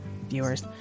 viewers